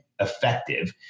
effective